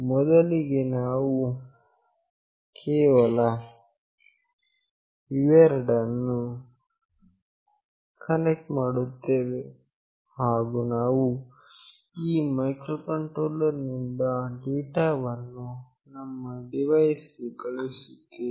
ಮೊದಲಿಗೆ ನಾವು ಕೇವಲ ಇವೆರಡನ್ನು ಕನೆಕ್ಟ್ ಮಾಡುತ್ತೇವೆ ಹಾಗು ನಾವು ಈ ಮೈಕ್ರೋ ಕಂಟ್ರೋಲರ್ ನಿಂದ ಡೇಟಾವನ್ನು ನಮ್ಮ ಡಿವೈಸ್ ಗೆ ಕಳುಹಿಸುತ್ತೇವೆ